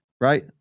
right